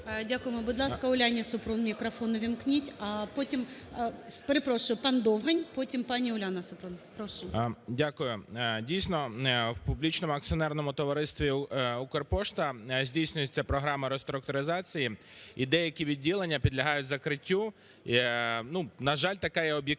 Дякуємо. Будь ласка, Уляні Супрун мікрофон увімкніть. А потім… Перепрошую, пан Довгань, потім – пані Уляна Супрун. Прошу. 10:59:33 ДОВГАНЬ В.М. Дякую. Дійсно, в публічному акціонерному товаристві "Укрпошта" здійснюється програма реструктуризації, і деякі відділення підлягають закриттю. Ну, на жаль, така є об'єктивна